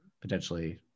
potentially